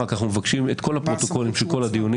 רק שאנחנו מבקשים את כל הפרוטוקולים של כל הדיונים,